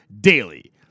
DAILY